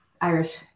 Irish